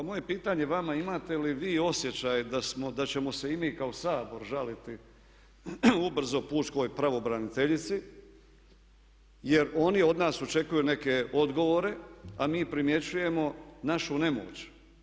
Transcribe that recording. Moje je pitanje vama, imate li vi osjećaj da ćemo se i mi kao Sabor žaliti ubrzo pučkoj pravobraniteljici jer oni od nas očekuju neke odgovore, a mi primjećujemo našu nemoć.